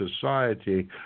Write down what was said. society